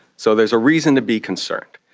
so there's a reason to be concerned.